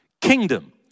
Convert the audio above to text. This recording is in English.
kingdom